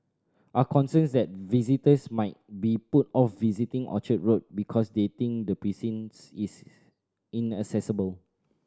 are concerns that visitors might be put off visiting Orchard Road because they think the precincts is inaccessible